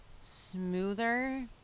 smoother